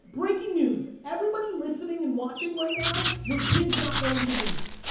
breaking news! everybody listening an watching right now, your kid's not going to the league.